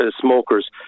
smokers